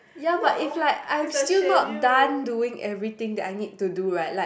ya but it's like I've still not done doing everything that I need to do right like